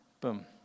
boom